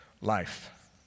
life